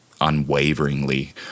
unwaveringly